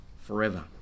forever